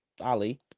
Ali